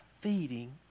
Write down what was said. feeding